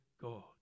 God